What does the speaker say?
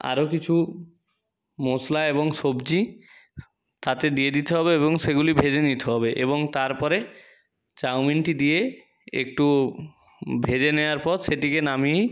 আরও কিছু মশলা এবং সবজি তাতে দিয়ে দিতে হবে এবং সেগুলি ভেজে নিতে হবে এবং তারপরে চাউমিনটি দিয়ে একটু ভেজে নেওয়ার পর সেটিকে নামিয়ে